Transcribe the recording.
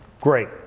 great